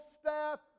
staff